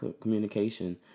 communication